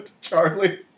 Charlie